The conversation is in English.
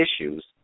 issues